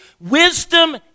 wisdom